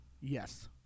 Yes